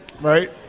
right